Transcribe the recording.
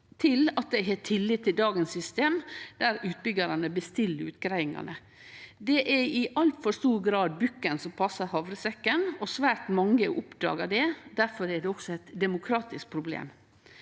til at eg har tillit til dagens system, der utbyggjarane bestiller utgreiingane. Det er i altfor stor grad bukken som passar havresekken, og svært mange har oppdaga det. Difor er det også eit demokratisk problem.